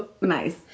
Nice